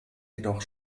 jedoch